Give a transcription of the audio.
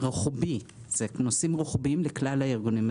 זה נושאים רוחביים לכלל הארגונים.